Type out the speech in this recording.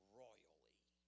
royally